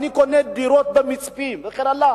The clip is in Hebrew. אני קונה דירות במצפים וכן הלאה,